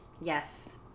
Yes